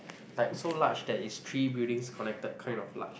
like so large that it's three buildings connected kind of large